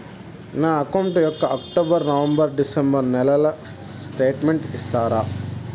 నా అకౌంట్ యొక్క October, November, December నెలల స్టేట్మెంట్ ఇస్తారా?